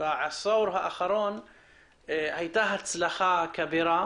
בעשור האחרון הייתה הצלחה כבירה